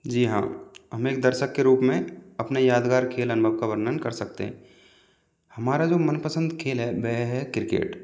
जी हाँ हम एक दर्शक के रूप में अपने यादगार खेल अनुभव का वर्णन कर सकते हैं हमारा जो मनपसंद खेल है वह है क्रिकेट